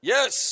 Yes